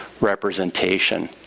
representation